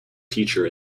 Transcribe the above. teacher